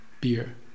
beer